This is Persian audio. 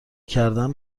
کردن